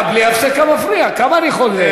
אתה בלי הפסקה, כמה אני יכול?